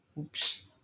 Oops